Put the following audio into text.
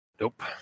Nope